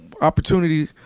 opportunity